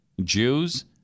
Jews